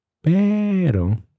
Pero